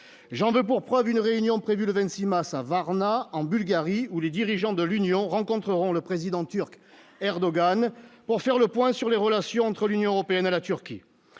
j'en veux pour preuve une réunion prévue le 26 mars à Varna, en Bulgarie, où les dirigeants de l'Union, rencontreront le président turc Erdogan pour faire le point sur les relations entre l'Union européenne à la Turquie,